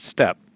step